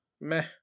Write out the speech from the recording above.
meh